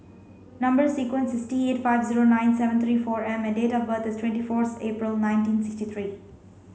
number sequence is T eight five zero nine seven three four M and date of birth is twenty fourth April nineteen sixty three